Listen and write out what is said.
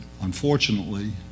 unfortunately